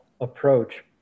approach